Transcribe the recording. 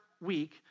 week